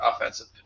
offensive